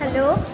hello